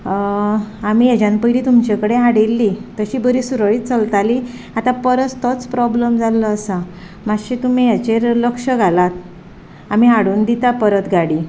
आमी हेज्यान पयली तुमचे कडेन हाडिल्ली तशी बरी चलताली आतां परत तोच प्रोब्लम जाल्लो आसा मातशे तुमी हाचेर लक्ष घालात आमी हाडून दिता परत गाडी